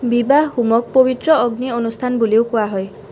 বিবাহ হোমক পবিত্ৰ অগ্নি অনুষ্ঠান বুলিও কোৱা হয়